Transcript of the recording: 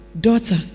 Daughter